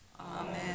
Amen